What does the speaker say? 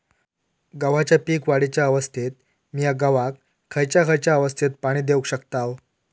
गव्हाच्या पीक वाढीच्या अवस्थेत मिया गव्हाक खैयचा खैयचा अवस्थेत पाणी देउक शकताव?